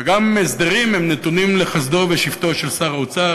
גם הסדרים נתונים לחסדו ושבטו של שר האוצר,